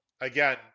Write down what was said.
again